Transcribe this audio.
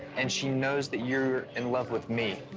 and she knows that you're in love with me.